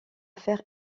faire